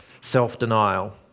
self-denial